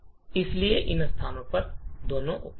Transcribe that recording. इसलिए इन स्थानों पर दोनों उपलब्ध हैं